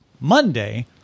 Monday